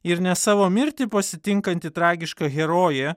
ir ne savo mirtį pasitinkanti tragiška herojė